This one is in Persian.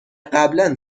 قبلا